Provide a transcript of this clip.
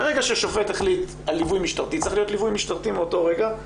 מרגע ששופט החליט על ליווי משטרתי צריך להיות ליווי משטרתי מאותו רגע.